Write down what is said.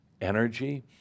energy